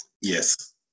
Yes